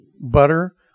butter